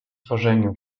tworzeniu